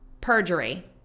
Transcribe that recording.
perjury